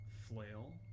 flail